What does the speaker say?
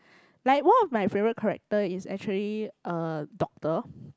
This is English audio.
like one of my favourite character is actually a doctor